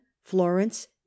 florence